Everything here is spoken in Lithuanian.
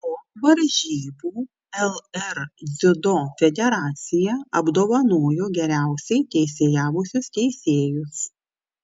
po varžybų lr dziudo federacija apdovanojo geriausiai teisėjavusius teisėjus